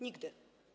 Nigdy.